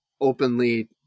openly